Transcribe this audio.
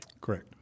Correct